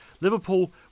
Liverpool